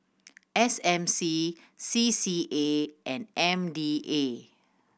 S M C C C A and M D A